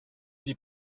die